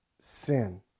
sin